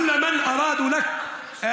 למרות כל מי שחפץ בכישלון.